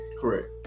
correct